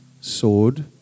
sword